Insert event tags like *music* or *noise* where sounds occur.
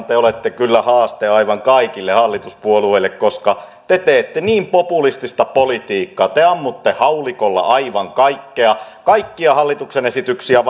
*unintelligible* te olette kyllä haaste aivan kaikille hallituspuolueille koska te teette niin populistista politiikkaa te ammutte haulikolla aivan kaikkea kaikkia hallituksen esityksiä *unintelligible*